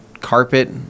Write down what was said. carpet